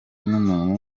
n’umuntu